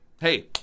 hey